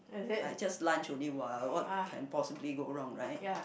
like just lunch only what what can possibly go wrong right